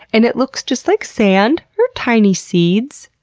and it looks just like sand, or tiny seeds.